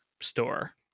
store